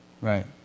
Right